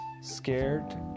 scared